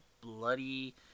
bloody